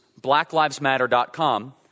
blacklivesmatter.com